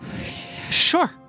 Sure